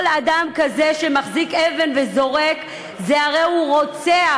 כל אדם כזה שמחזיק אבן וזורק, הרי הוא רוצח.